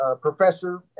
professor